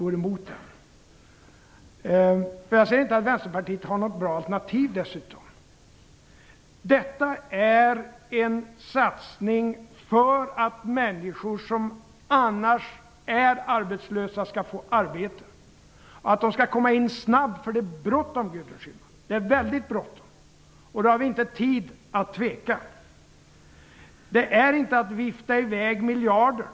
Jag ser dessutom inte att Vänsterpartiet har något bra alternativ. Detta är en satsning för att människor som annars är arbetslösa skall få arbete och att de snabbt skall komma in på arbetsmarknaden. Det är nämligen bråttom, Gudrun Schyman. Det är väldigt bråttom. Vi har inte tid att tveka. Det handlar inte om att vifta bort miljarder.